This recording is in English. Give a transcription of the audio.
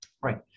Right